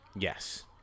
Yes